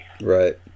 Right